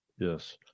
Yes